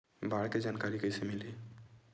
बाढ़ के जानकारी कइसे मिलही?